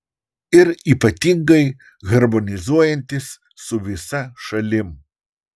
ir ypatingai harmonizuojantis su visa šalim